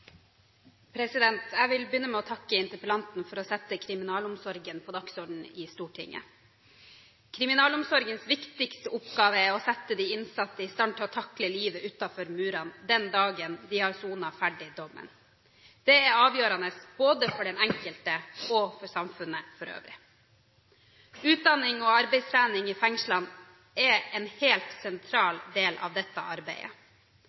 Jeg vil begynne med å takke interpellanten for å sette kriminalomsorgen på dagsordenen i Stortinget. Kriminalomsorgens viktigste oppgave er å sette de innsatte i stand til å takle livet utenfor murene den dagen de har sonet ferdig dommen. Det er avgjørende, både for den enkelte og for samfunnet for øvrig. Utdanning og arbeidstrening i fengslene er en helt sentral del av dette arbeidet.